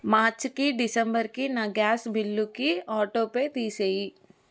మార్చికి డిసెంబర్కి నా గ్యాస్ బిల్లుకి ఆటోపే తీసేయి